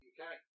Okay